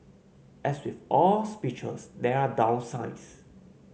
as with all speeches there are downsides